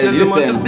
listen